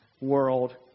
world